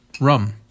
rum